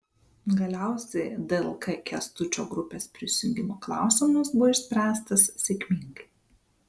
galiausiai dlk kęstučio grupės prisijungimo klausimas buvo išspręstas sėkmingai